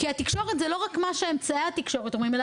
כי התקשורת זה לא רק מה שאמצעי התקשורת אומרים,